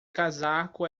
casaco